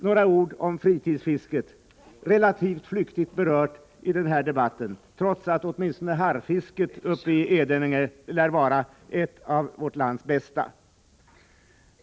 Några ord om fritidsfisket, hittills relativt flyktigt berört i den här debatten, trots att åtminstone harrfisket i Edänge lär vara ett av vårt lands bästa.